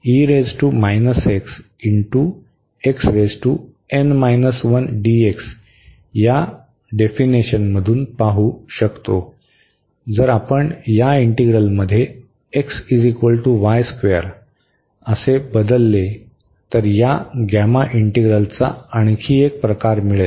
जर आपण या इंटीग्रलमध्ये असे केले तर या गॅमा इंटीग्रलचा आणखी एक प्रकार मिळेल